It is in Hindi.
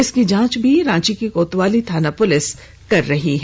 इसकी जांच भी रांची के कोतवाली थाना पुलिस कर रही है